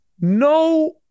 No